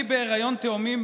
אני בהיריון עם תאומים,